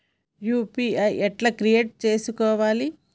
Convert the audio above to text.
UPI ఎట్లా create చేసుకోవాలి?